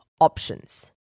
options